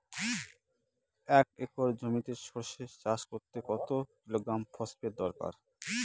এক একর জমিতে সরষে চাষ করতে কত কিলোগ্রাম ফসফেট দরকার?